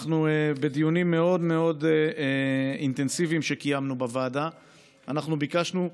בדיונים מאוד מאוד אינטנסיביים שקיימנו בוועדה אנחנו ביקשנו,